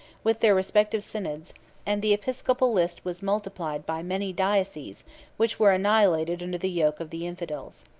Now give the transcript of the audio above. with their respective synods and the episcopal list was multiplied by many dioceses which were annihilated under the yoke of the infidels.